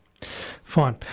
Fine